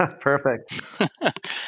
Perfect